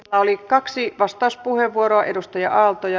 oli kaksi vastauspuheenvuoroa edustaja aalto ja